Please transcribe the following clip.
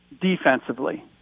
defensively